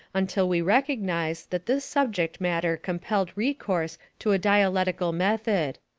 until we recognize that this subject matter compelled recourse to a dialectical method.